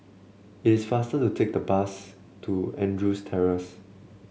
it is faster to take the bus to Andrews Terrace